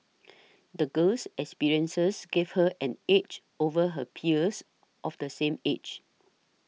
the girl's experiences gave her an edge over her peers of the same age